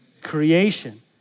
Creation